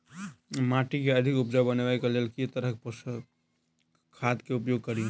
माटि केँ अधिक उपजाउ बनाबय केँ लेल केँ तरहक पोसक खाद केँ उपयोग करि?